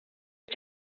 his